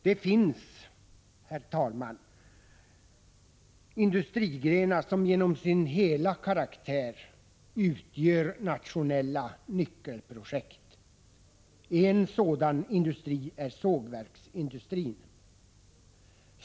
Det finns, herr talman, industrigrenar som genom hela sin karaktär utgör nationella nyckelprojekt. En sådan industri är sågverksindustrin.